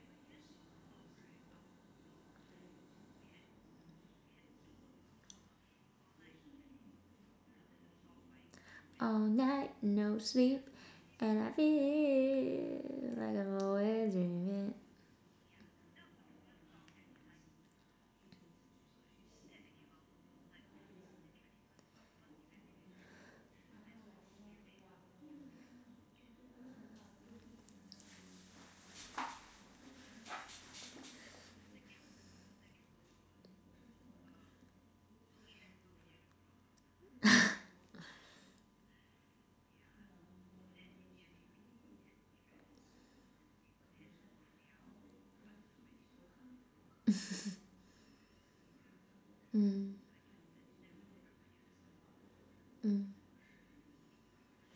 mm mm